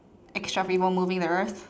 extra people moving the earth